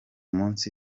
munsi